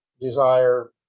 desire